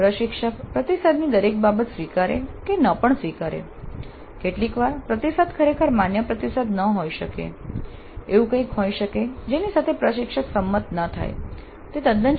પ્રશિક્ષક પ્રતિસાદની દરેક બાબત સ્વીકારે કે ન પણ સ્વીકારે કેટલીકવાર પ્રતિસાદ ખરેખર માન્ય પ્રતિસાદ ન હોઈ શકે એવું કઈંક હોઈ શકે જેની સાથે પ્રશિક્ષક સંમત ન થાય તે તદ્દન શક્ય છે